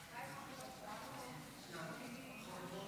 ההצעה להעביר את